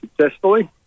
successfully